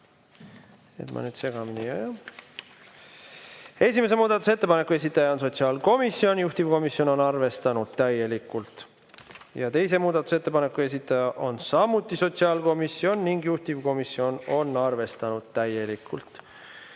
Esimese muudatusettepaneku esitaja on sotsiaalkomisjon, juhtivkomisjon on arvestanud täielikult. Teise muudatusettepaneku esitaja on samuti sotsiaalkomisjon ning juhtivkomisjon on arvestanud täielikult.